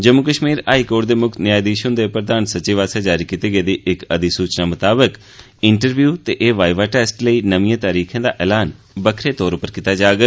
Jammu Kashmir high court दे मुक्ख न्यायधीश हुंदे प्रधान सचिव आस्सेआ जारी कीती गेदी इक अधिसूचना मताबक इंटरव्यू ते वाइवा टेस्ट लेई नमिए तरीकें दा एलान बक्खरें कीता जाग